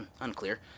unclear